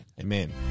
Amen